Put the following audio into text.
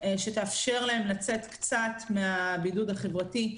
שתאפשר להם לצאת קצת מהבידוד החברתי,